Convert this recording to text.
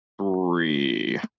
three